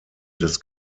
des